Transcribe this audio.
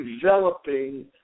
developing